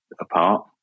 apart